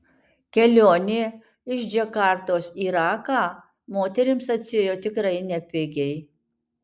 kelionė iš džakartos į raką moterims atsiėjo tikrai nepigiai